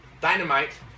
dynamite